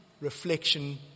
reflection